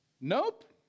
Nope